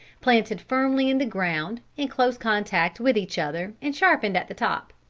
planted firmly in the ground, in close contact with each other, and sharpened at the top.